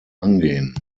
angehen